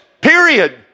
period